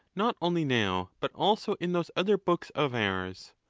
not only now, but also in those other books of ours.